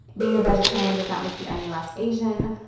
being a vegetarian does not make you any less asian.